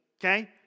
okay